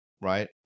right